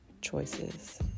choices